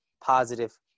positive